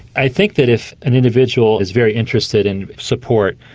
i think that if an individual is very interested in support,